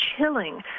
chilling